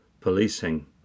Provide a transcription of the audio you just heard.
policing